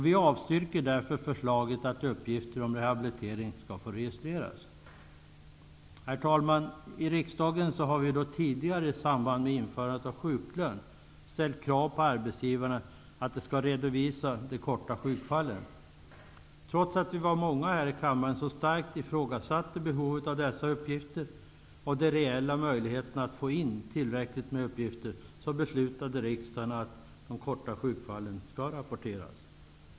Vi avstyrker därför förslaget att uppgifter om rehabilitering skall få registreras. Herr talman! I riksdagen har vi tidigare, i samband med införande av sjuklön, ställt krav på arbetsgivaren att redovisa de korta sjukfallen. Trots att vi var många här i kammaren som starkt ifrågasatte behovet av dessa uppgifter och de reella möjligheterna att få in tillräckligt med uppgifter, så beslutade riksdagen att de korta sjukfallen skall rapporteras.